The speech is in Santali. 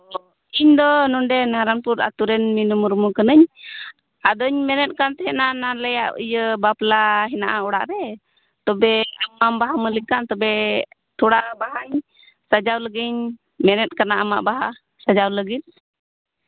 ᱚ ᱤᱧᱫᱚ ᱱᱚᱰᱮ ᱱᱟᱨᱟᱱᱯᱩᱨ ᱟᱹᱛᱩ ᱨᱮᱱ ᱱᱤᱱᱩ ᱢᱩᱨᱢᱩ ᱠᱟᱹᱱᱟᱹᱧ ᱟᱫᱚᱧ ᱢᱮᱱᱮᱫ ᱠᱟᱱ ᱛᱟᱦᱮᱱᱟ ᱟᱞᱮᱭᱟᱜ ᱤᱭᱟᱹ ᱵᱟᱯᱞᱟ ᱦᱮᱱᱟᱜᱼᱟ ᱚᱲᱟᱜ ᱨᱮ ᱛᱚᱵᱮ ᱟᱢ ᱢᱟᱢ ᱵᱟᱦᱟ ᱢᱟᱹᱞᱤ ᱠᱟᱱ ᱛᱚᱵᱮ ᱛᱷᱚᱲᱟ ᱵᱟᱦᱟᱧ ᱥᱟᱡᱟᱣ ᱞᱟᱹᱜᱤᱫ ᱤᱧ ᱢᱮᱱᱮᱫ ᱠᱟᱱᱟ ᱵᱟᱦᱟ ᱥᱟᱡᱟᱣ ᱞᱟᱹᱜᱤᱫ